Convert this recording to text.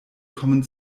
kommen